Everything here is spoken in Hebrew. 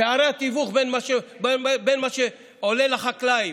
פערי התיווך בין מה שעולה לחקלאי,